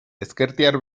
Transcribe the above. ezkertiar